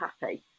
happy